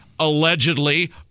allegedly